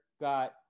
got